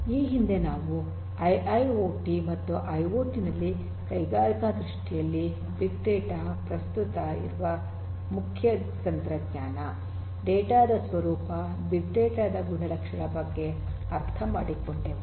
ಈ ಹಿಂದೆ ನಾವು ಐಐಓಟಿ ಮತ್ತು ಐಓಟಿ ನಲ್ಲಿ ಕೈಗಾರಿಕಾ ದೃಷ್ಟಿಯಲ್ಲಿ ಬಿಗ್ ಡೇಟಾ ಪ್ರಸ್ತುತ ಇರುವ ಮುಖ್ಯ ತಂತ್ರಜ್ಞಾನ ಡೇಟಾ ದ ಸ್ವರೂಪ ಬಿಗ್ ಡೇಟಾ ದ ಗುಣಲಕ್ಷಣಗಳ ಬಗ್ಗೆ ಅರ್ಥ ಮಾಡಿಕೊಂಡೆವು